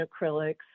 acrylics